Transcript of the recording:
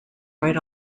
right